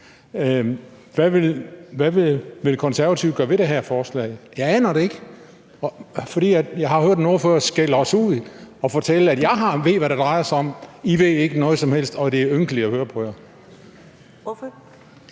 Hvad vil Konservative gøre ved det her forslag? Jeg aner det ikke, for jeg har hørt en ordfører skælde os ud og fortælle: Jeg ved, hvad det drejer sig om, og I ved ikke noget som helst. Og det er ynkeligt at høre på